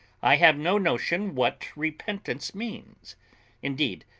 i have no notion what repentance means indeed,